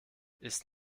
ist